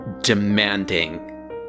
demanding